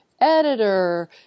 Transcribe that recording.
editor